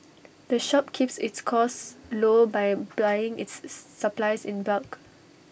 the shop keeps its costs low by buying its supplies in bulk